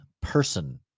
person